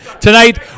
Tonight